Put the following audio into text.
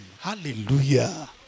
Hallelujah